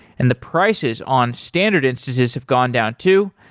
and the prices on standard instances have gone down too.